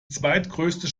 zweitgrößte